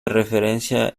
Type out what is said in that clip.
referencia